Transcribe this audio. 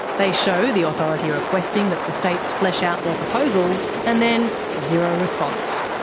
they show the authority requesting that the states flesh out their proposals, and then, zero response.